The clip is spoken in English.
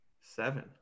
Seven